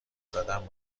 زدن